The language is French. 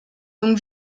donc